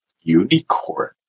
Unicorn